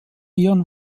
ihren